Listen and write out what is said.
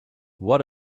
what